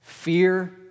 Fear